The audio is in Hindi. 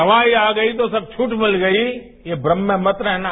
दवाई आ गई तो सब छूट मित गई इस भ्रम में मत रहना